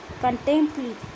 contemplate